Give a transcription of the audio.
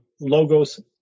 logos